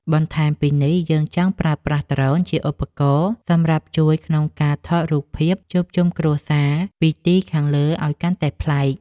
បន្ថែមពីនេះ យើងចង់ប្រើប្រាស់ដ្រូនជាឧបករណ៍សម្រាប់ជួយក្នុងការថតរូបភាពជួបជុំគ្រួសារពីទីខាងលើឱ្យកាន់តែប្លែក។